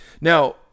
Now